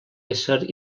ésser